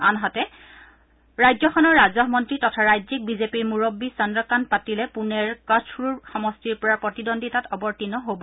আনহাতে ৰাজ্যখনৰ ৰাজহ মন্ত্ৰী তথা ৰাজ্যিক বিজেপিৰ মুৰববী চন্দ্ৰকাণ্ড পাটিলে পুনেৰ কঠৰুড় সমষ্টিৰ পৰা প্ৰতিদ্বন্দ্বিতাত অৱতীৰ্ণ হ'ব